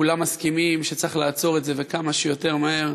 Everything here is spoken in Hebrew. כולם מסכימים שצריך לעצור את זה וכמה שיותר מהר.